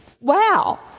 Wow